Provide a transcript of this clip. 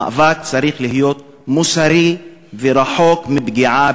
המאבק צריך להיות מוסרי ורחוק מפגיעה